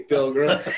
Pilgrim